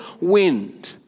wind